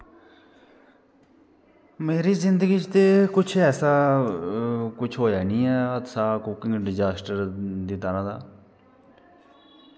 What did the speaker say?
मेरी जिंदगी च किश ऐसा किश ऐसा होएआ निं ऐ हादसा कुकिंग डिज़ास्टर दी तरह् दा